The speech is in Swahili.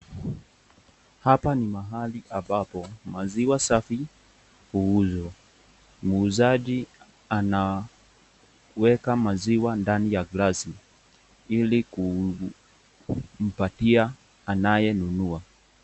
Hapa ni mahali ambapo maziwa safi huuzwa. Muuzaji anaweka maziwa ndani ya glasi ili kumpatia anayenunua.